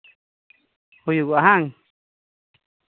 ᱦᱩᱭᱩᱜᱚᱜᱼᱟ ᱦᱮᱸᱵᱟᱝ